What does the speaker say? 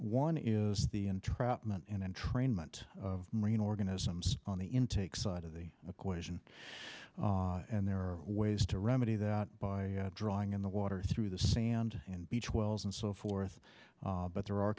one is the entrapment and entrainment of marine organisms on the intake side of the equation and there are ways to remedy that by drawing in the water through the sand and beach wells and so forth but there are